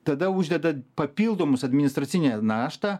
tada uždeda papildomus administracinę naštą